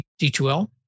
D2L